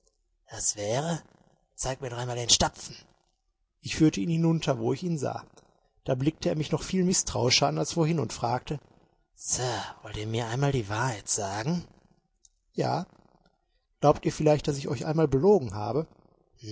das wäre zeigt mir doch einmal den stapfen ich führte ihn hinunter wo ich ihn sah da blickte er mich noch viel mißtrauischer an als vorhin und fragte sir wollt ihr mir einmal die wahrheit sagen ja glaubt ihr vielleicht daß ich euch einmal belogen habe